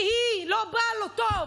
כי היא לא באה לו טוב,